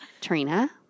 Trina